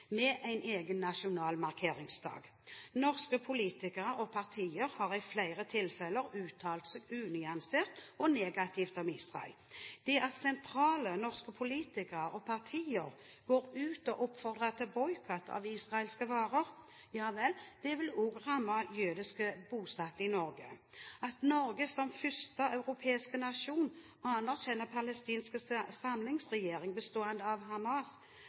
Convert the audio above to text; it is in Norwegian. med en egen nasjonal markeringsdag. Norske politikere og partier har i flere tilfeller uttalt seg unyansert og negativt om Israel. Det at sentrale norske politikere og partier går ut og oppfordrer til boikott av israelske varer, vil også ramme jøder bosatt i Norge. At Norge som første europeiske nasjon anerkjenner en palestinsk samlingsregjering bestående av Hamas,